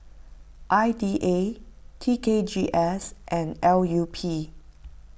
I D A T K G S and L U P